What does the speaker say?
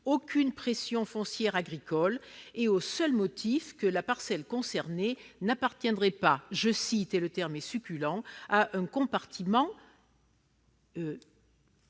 aucune pression foncière agricole, et au seul motif que la parcelle concernée n'appartiendrait pas- le terme est succulent -à un « compartiment